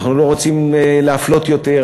אנחנו לא רוצים להפלות יותר,